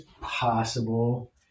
possible